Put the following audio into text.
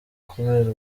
kubera